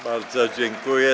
Bardzo dziękuję.